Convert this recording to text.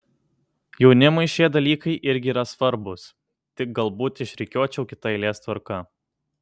jaunimui šie dalykai irgi yra svarbūs tik galbūt išrikiuočiau kita eilės tvarka